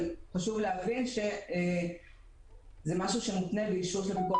אבל חשוב להבין שזה משהו שמותנה באישור של הפיקוח